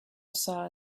saw